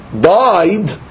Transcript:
died